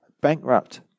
bankrupt